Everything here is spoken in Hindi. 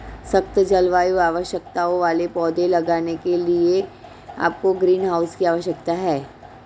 सख्त जलवायु आवश्यकताओं वाले पौधे उगाने के लिए आपको ग्रीनहाउस की आवश्यकता है